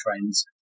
trains